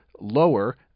lower